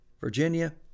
Virginia